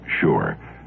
sure